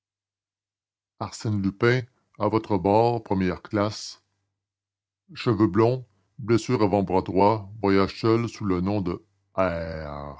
arsène lupin à votre bord première classe cheveux blonds blessure avant-bras droit voyage seul sous le nom de